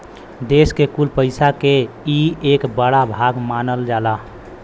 देस के कुल पइसा के ई एक बड़ा भाग मानल जाला